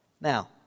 Now